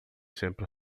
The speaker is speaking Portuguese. sempre